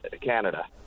Canada